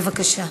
בבקשה.